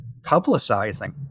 publicizing